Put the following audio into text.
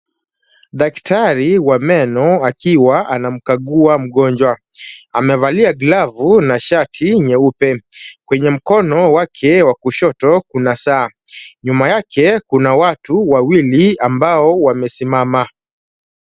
Daktari wa meno akiwa anamkagua mgonjwa. Amevalia glavu na shati nyeupe. Kwenye mkono wake wa kushoto kuna saa. Nyuma yake kuna watu wawili ambao wamesimama.